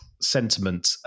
Sentiment